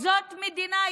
את צבועה,